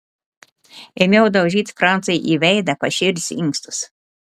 ėmiau daužyti francui į veidą paširdžius inkstus